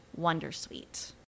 Wondersuite